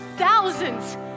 thousands